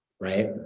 right